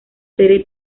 serie